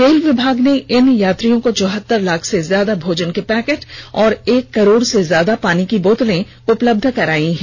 rail विभाग ने इन यात्रियों को चौहतर लाख से ज्यादा भोजन के पैकेट और एक करोड़ से ज्यादा पानी की बोतलें मुफ्त उपलब्धि कराई हैं